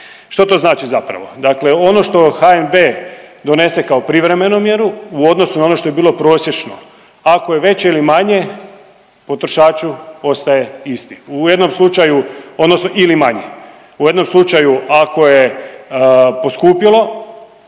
Što znači zapravo? Dakle, ono što HNB donese kao privremenu mjeru u odnosu na ono što je bilo prosječno ako je veće ili manje potrošaču ostaje isti u jednom slučaju odnosno ili manji. U jednom slučaju ako je poskupjelo